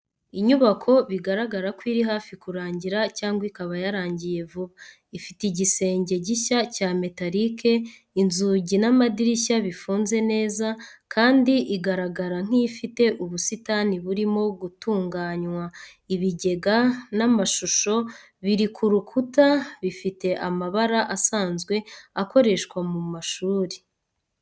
Inyubako bigaragara ko iri hafi kurangira cyangwa ikaba yarangiye vuba. Ifite igisenge gishya cya metarike, inzugi n'amadirishya bifunze neza, kandi igaragara nk'ifite ubusitani burimo gutunganywa. Ibigega n’amashusho biri ku rukuta bifite amabara asanzwe akoreshwa mu mashuri.